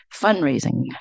fundraising